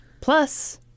Plus